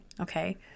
okay